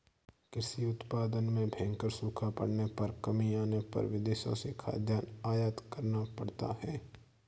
कृषि उत्पादन में भयंकर सूखा पड़ने पर कमी आने पर विदेशों से खाद्यान्न आयात करना पड़ता है